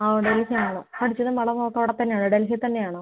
ആ ഡൽഹി ആണ് പഠിച്ചതും വളർന്നതും ഒക്കെ അവിടെ തന്നെ ആണോ ഡൽഹി തന്നെ ആണോ